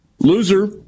Loser